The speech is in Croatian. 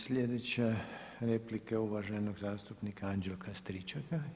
Sljedeća replika je uvaženog zastupnika Anđelka Stričaka.